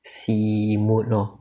see mood lor